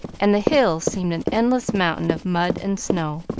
and the hill seemed an endless mountain of mud and snow.